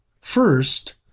First